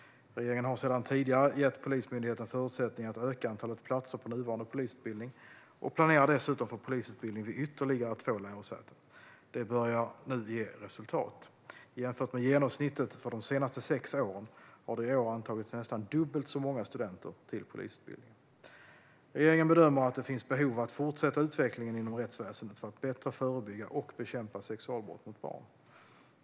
Regeringen har sedan tidigare gett Polismyndigheten förutsättningar att öka antalet platser på nuvarande polisutbildning och planerar dessutom för polisutbildning vid ytterligare två lärosäten. Det börjar nu ge resultat. Jämfört med genomsnittet för de senaste sex åren har det i år antagits nästan dubbelt så många studenter till polisutbildningen. Regeringen bedömer att det finns behov av att fortsätta utvecklingen inom rättsväsendet för att bättre förebygga och bekämpa sexualbrott mot barn.